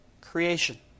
creation